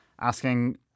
asking